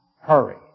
Hurry